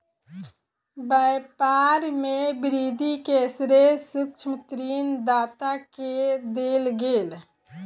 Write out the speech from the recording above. व्यापार में वृद्धि के श्रेय सूक्ष्म ऋण दाता के देल गेल